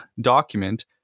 document